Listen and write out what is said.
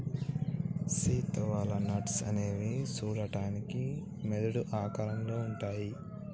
Sita walnuts అనేవి సూడడానికి మెదడు ఆకారంలో ఉంటాయి